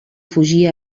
fugir